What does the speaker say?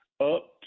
up